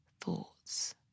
thoughts